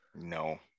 No